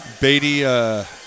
Beatty –